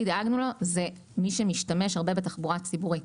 דאגנו לו זה מי שמשתמש הרבה בתחבורה הציבורית.